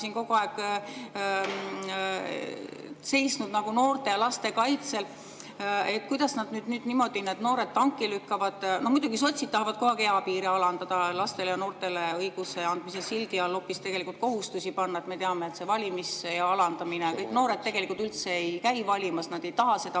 siin kogu aeg seisnud nagu noorte ja laste kaitsel. Kuidas nad nüüd niimoodi need noored tanki lükkavad? No muidugi sotsid tahavad kogu aeg eapiiri alandada, lastele ja noortele õiguse andmise sildi all hoopis tegelikult kohustusi panna. Me teame, et see valimisea alandamine ... Noored tegelikult üldse ei käi valimas, nad ei taha seda